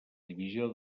divisió